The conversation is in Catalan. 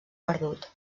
perdut